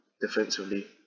defensively